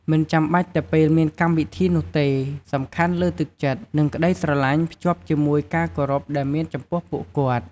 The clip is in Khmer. មិនចាំបាច់តែពេលមានកម្មវិធីនោះទេ សំខាន់លើទឹកចិត្ត និងក្ដីស្រឡាញ់ភ្ជាប់ជាមួយការគោរពដែលមានចំពោះពួកគាត់។